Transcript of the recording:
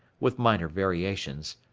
with minor variations,